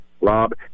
Rob